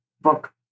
book